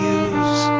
use